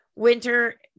Winter